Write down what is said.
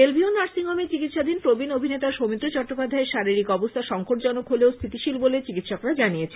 Belle Vue নার্সিংহোমে চিকিৎসাধীন প্রবীণ অভিনেতা সৌমিত্র চট্টোপাধ্যায়ের শারীরিক অবস্থা সঙ্কটজনক হলেও স্থিতিশীল বলে চিকিৎসকরা জানিয়েছেন